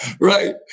Right